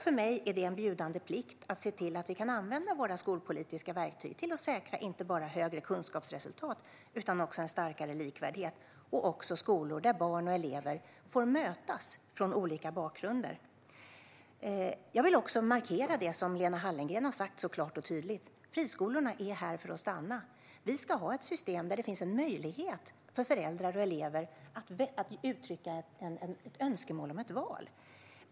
För mig är det en bjudande plikt att se till att vi kan använda våra skolpolitiska verktyg till att säkra inte bara högre kunskapsresultat utan också en starkare likvärdighet, så att barn och elever från olika bakgrunder får mötas i skolan. Jag vill också markera det som Lena Hallengren har sagt så klart och tydligt: Friskolorna är här för att stanna. Vi ska ha ett system där det finns en möjlighet för föräldrar och elever att uttrycka ett önskemål om ett val.